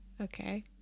okay